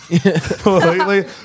completely